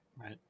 Right